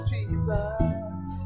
Jesus